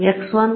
x2